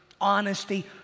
honesty